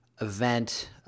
event